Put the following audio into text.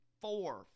four